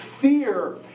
Fear